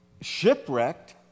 shipwrecked